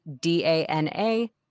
D-A-N-A